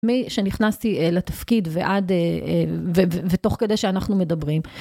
מי שנכנסתי לתפקיד ועד, ותוך כדי שאנחנו מדברים.